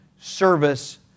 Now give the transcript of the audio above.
service